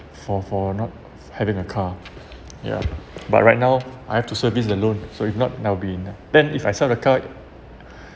for for not having a car ya but right now I have to service the loan sorry not now been then if I sell the car